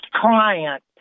client